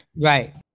Right